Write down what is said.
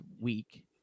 week